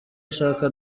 ashaka